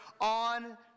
on